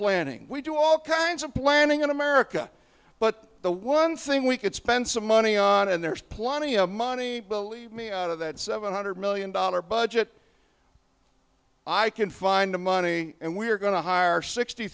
planning we do all kinds of planning in america but the one thing we could spend some money on and there's plenty of money believe me out of that seven hundred million dollar budget i can find the money and we're going to hire sixty